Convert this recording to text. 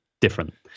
different